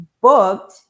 booked